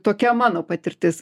tokia mano patirtis